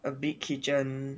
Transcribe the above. a big kitchen